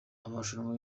amarushanwa